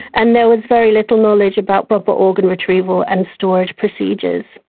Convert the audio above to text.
and there was very little knowledge about proper organ retrieval and storage procedures.